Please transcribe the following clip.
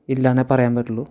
ഇല്ലയെന്നേ പറയാൻ പറ്റുള്ളൂ